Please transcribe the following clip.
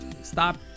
stop